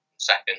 Second